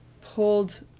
pulled